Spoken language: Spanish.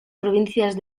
provincias